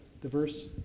Diverse